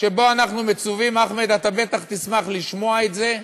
שבו אנחנו מצווים, אחמד, בטח תשמח לשמוע את זה,